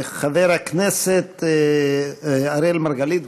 חבר הכנסת אראל מרגלית,